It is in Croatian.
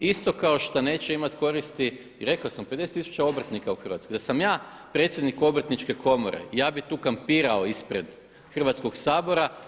Isto kao što neće imati koristi, rekao sam 50 tisuća obrtnika je u Hrvatskoj, da sam ja predsjednik Obrtničke komore, ja bih tu kampirao ispred Hrvatskoga sabora.